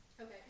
Okay